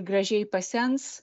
gražiai pasens